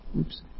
Oops